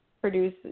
produce